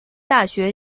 大学